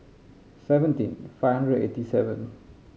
seventeen five hundred and eighty seven